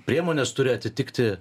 priemonės turi atitikti